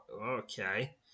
Okay